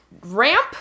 ramp